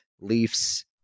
Leafs